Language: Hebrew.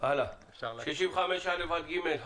אנחנו מצביעים על סעיף 65א, 65ב ו-65ג.